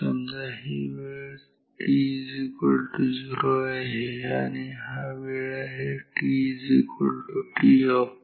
समजा ही वेळ आहे t 0 आणि हा वेळ आहे t toff